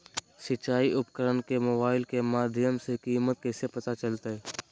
सिंचाई उपकरण के मोबाइल के माध्यम से कीमत कैसे पता चलतय?